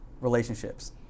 relationships